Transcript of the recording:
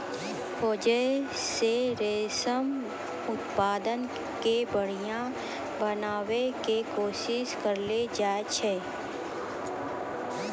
खोजो से रेशम उत्पादन के बढ़िया बनाबै के कोशिश करलो जाय छै